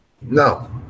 No